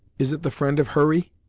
is it the friend of hurry?